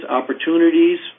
opportunities